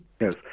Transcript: Yes